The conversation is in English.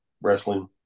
wrestling